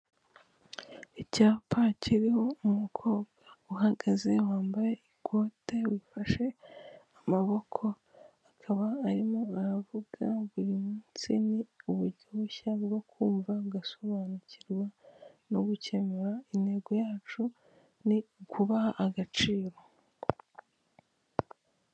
Icyapa kiriho umukobwa uhagaze wambaye ikote wifashe amaboko, akaba arimo aravuga buri munsi ni uburyo bushya bwo kumva ngasobanukirwa no gukemura intego yacu ni ukubaha agaciro.